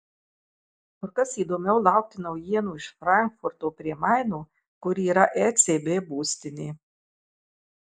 kur kas įdomiau laukti naujienų iš frankfurto prie maino kur yra ecb būstinė